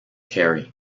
harry